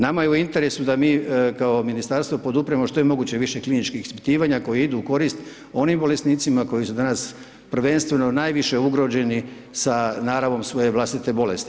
Nama je u interesu da mi kao ministarstvo podupremo što je moguće više kliničkih ispitivanja koja idu u korist onim bolesnicima koji su danas prvenstveno najviše ugrožen sa naravom svoje vlastite bolesti.